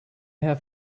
have